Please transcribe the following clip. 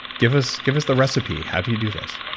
give us give us the recipe. how do you do this?